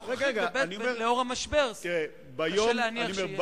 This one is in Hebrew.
לאור המשבר קשה להניח שיש.